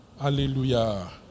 Hallelujah